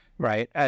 right